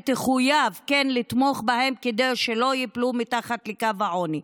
ותחויב כן לתמוך בהם כדי שלא ייפלו מתחת לקו העוני.